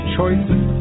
Choices